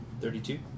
Thirty-two